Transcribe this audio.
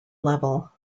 level